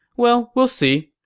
well, we'll see.